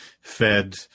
fed